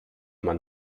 man